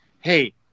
hey